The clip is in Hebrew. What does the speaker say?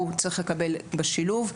הוא צריך לקבל בשילוב,